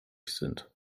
sind